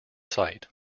site